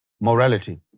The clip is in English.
morality